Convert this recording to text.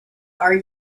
are